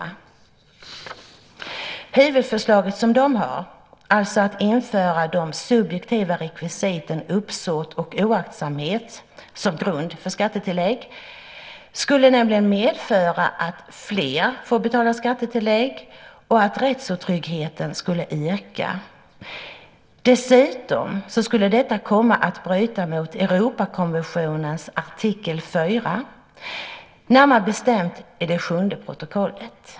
Det huvudförslag som de har, alltså att införa de subjektiva rekvisiten uppsåt och oaktsamhet som grund för skattetillägg, skulle nämligen medföra att fler får betala skattetillägg och att rättsotryggheten skulle öka. Dessutom skulle detta komma att bryta mot Europakonventionens artikel 4 i det sjunde protokollet.